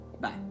bye